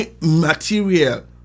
material